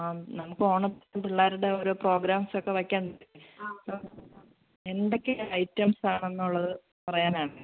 ആ നമുക്ക് ഓണം പിള്ളേരുടെ ഓരോ പ്രോഗ്രാംസ് ഒക്കെ വയ്ക്കണ്ടേ അപ്പോൾ എന്തൊക്കെ ഐറ്റംസ് ആണെന്നുള്ളത് പറയാനാണ്